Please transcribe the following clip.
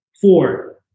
four